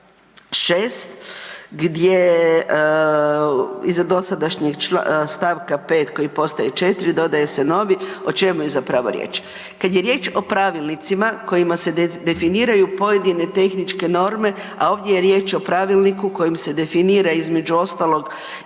6. gdje iza dosadašnjem stavka 5., koji postaje 4., dodaje se novi, o čemu je zapravo riječ. Kad je riječ o pravilnicima kojima se definiraju pojedine tehničke norme, a ovdje je riječ o pravilniku kojim se definira između ostalog